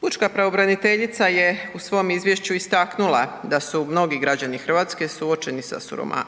Pučka pravobraniteljica je u svom izvješću istaknula da su mnogi građani Hrvatske suočeni